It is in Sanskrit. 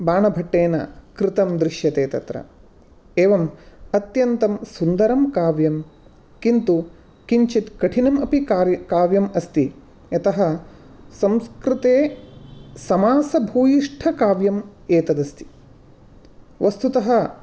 बाणभट्टेन कृतं दृश्यते तत्र एवं अत्यन्तं सुन्दरम् काव्यम् किन्तु किंचित् कठिनम् अपि कार् काव्यम् अस्ति यतः संस्कृते समासभूयिष्ठकाव्यम् एतदस्ति वस्तुतः